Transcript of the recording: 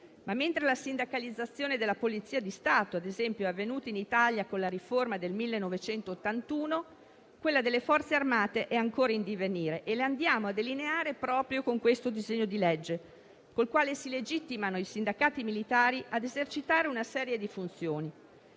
mentre la sindacalizzazione della Polizia di Stato, ad esempio, è avvenuta in Italia con la riforma del 1981, quella delle Forze armate è ancora in divenire e la andiamo a delineare proprio con questo disegno di legge, con il quale si legittimano i sindacati militari a esercitare una serie di funzioni.